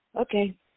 Okay